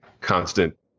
constant